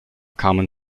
kamen